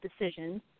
decisions